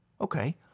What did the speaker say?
Okay